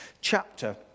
chapter